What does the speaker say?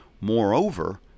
Moreover